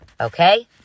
okay